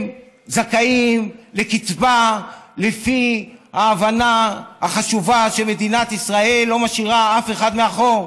הם זכאים לקצבה לפי ההבנה החשובה שמדינת ישראל לא משאירה אף אחד מאחור,